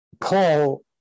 Paul